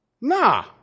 Nah